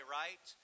right